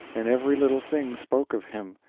and every little thing spoke of him,